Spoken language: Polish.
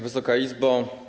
Wysoka Izbo!